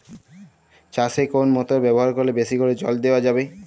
চাষে কোন মোটর ব্যবহার করলে বেশী করে জল দেওয়া যাবে?